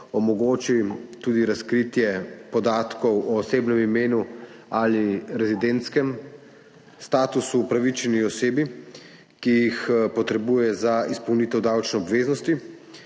Omogoči tudi razkritje podatkov o osebnem imenu ali rezidentskem statusu upravičeni osebi, ki jih potrebuje za izpolnitev davčne obveznosti,